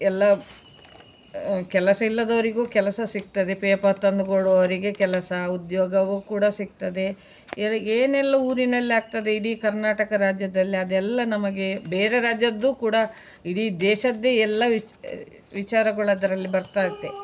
ಎಲ್ಲ ಕೆಲಸ ಇಲ್ಲದವರಿಗೂ ಕೆಲಸ ಸಿಗ್ತದೆ ಪೇಪರ್ ತಂದುಕೊಡೊವ್ರಿಗೆ ಕೆಲಸ ಉದ್ಯೋಗವು ಕೂಡ ಸಿಗ್ತದೆ ಎಲ್ಲ ಏನೆಲ್ಲ ಊರಿನಲ್ಲಿ ಆಗ್ತದೆ ಇಡೀ ಕರ್ನಾಟಕ ರಾಜ್ಯದಲ್ಲಿ ಅದೆಲ್ಲ ನಮಗೆ ಬೇರೆ ರಾಜ್ಯದ್ದು ಕೂಡ ಇಡೀ ದೇಶದ್ದೆ ಎಲ್ಲ ವಿಚ ವಿಚಾರಗಳದ್ರಲ್ಲಿ ಬರ್ತಾ ಇರತ್ತೆ